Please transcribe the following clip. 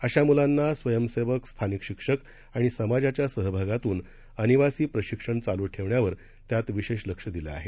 अशा मुलांना स्वयसेवक स्थानिक शिक्षक आणि समाजाच्या सहभागातून अनिवासी प्रशिक्षण चालू ठेवण्यावर त्यात विशेष लक्ष दिलं आहे